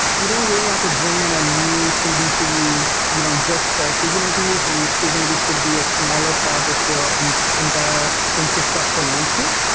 you don't really have to bring in a new cd tool you know just for kubernetes and kubernetes could be a smaller part of your entire infrastructure landscape.